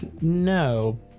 no